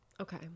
okay